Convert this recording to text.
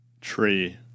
Tree